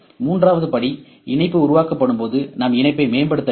மூன்றாவது படி இணைப்பு உருவாக்கப்படும் போது நாம் இணைப்பை மேம்படுத்த வேண்டும்